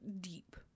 deep